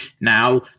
Now